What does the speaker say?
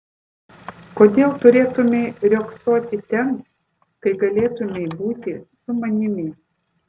kodėl turėtumei riogsoti ten kai galėtumei būti su manimi